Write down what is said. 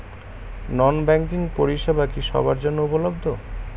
নন banking পরিষেবা কি সবার জন্য উপলব্ধ?